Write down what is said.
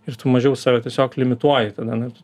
ir tu mažiau save tiesiog limituoji tada na ir tu